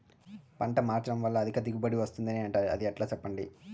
పంట మార్చడం వల్ల అధిక దిగుబడి వస్తుందని అంటారు అది ఎట్లా సెప్పండి